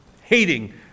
hating